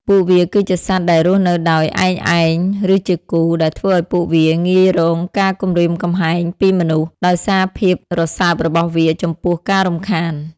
ពួកវាគឺជាសត្វដែលរស់នៅដោយ ឯកឯង ឬជា គូ ដែលធ្វើឲ្យពួកវាងាយរងការគំរាមកំហែងពីមនុស្ស ដោយសារភាពរសើបរបស់វាចំពោះការរំខាន។